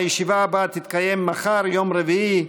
הישיבה הבאה תתקיים מחר, יום רביעי,